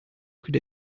could